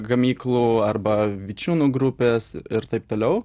gamyklų arba vičiūnų grupės ir taip toliau